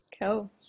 Cool